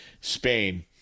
Spain